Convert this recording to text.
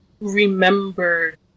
remembered